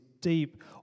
deep